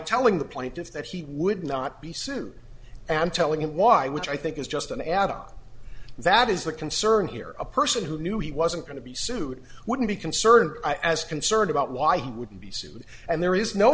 telling the plaintiff that he would not be sued and telling him why which i think is just an add on that is the concern here a person who knew he wasn't going to be sued wouldn't be concerned as concerned about why he would be sued and there is no